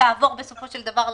שתעבור בסופו של דבר למליאה,